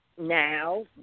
now